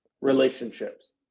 relationships